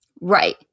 Right